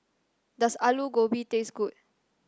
does Alu Gobi taste good